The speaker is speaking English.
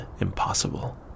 impossible